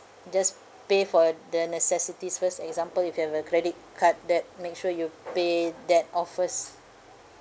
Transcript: just pay for the necessities first example if you have a credit card debt make sure you pay that off first